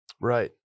Right